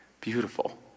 Beautiful